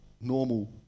normal